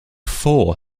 for